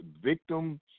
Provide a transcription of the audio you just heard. victim